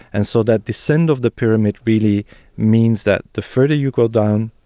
and so that descent of the pyramid really means that the further you go down,